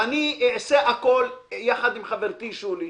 ואני אעשה הכול יחד עם חברתי שולי,